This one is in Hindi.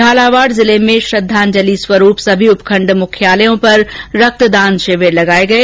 झालावाड़ जिले में श्रद्वांजलि स्वरूप सभी उपखण्ड मुख्यालयों पर रक्तदान शिविर लगाए गए